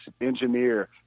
engineer